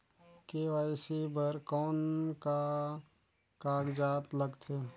KYC बर कौन का कागजात लगथे?